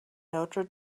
notre